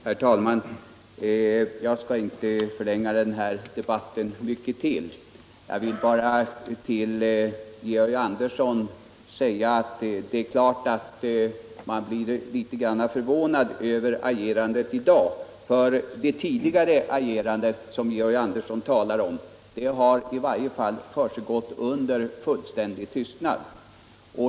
Herr talman! Jag skall inte förlänga denna debatt så mycket mera utan vill bara säga till Georg Andersson att man naturligtvis blir litet förvånad över agerandet i dag, när hans tidigare agerande — som han själv talar om -— i varje fall har försiggått under fullständig tystnad.